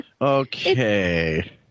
Okay